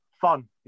fun